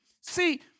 See